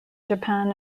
japan